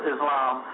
Islam